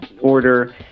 order